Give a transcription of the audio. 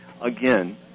Again